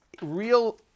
Real